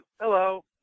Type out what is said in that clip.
Hello